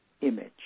image